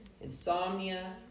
insomnia